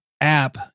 app